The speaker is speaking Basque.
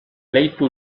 leitu